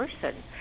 person